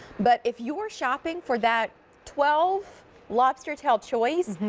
but if you're shopping for that twelve lobster tail choice,